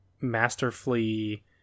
masterfully